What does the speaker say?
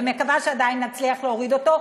ומקווה שעדיין נצליח להוריד אותו.